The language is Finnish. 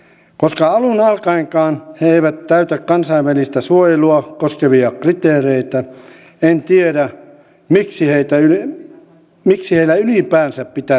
koska alun alkaenkaan he eivät täytä kansainvälistä suojelua koskevia kriteereitä en tiedä miksi heillä ylipäänsä pitäisi olla valitusoikeudet